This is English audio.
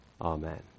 Amen